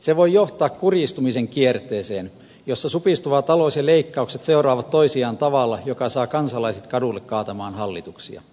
se voi johtaa kurjistumisen kierteeseen jossa supistuva talous ja leikkaukset seuraavat toisiaan tavalla joka saa kansalaiset kadulle kaatamaan hallituksia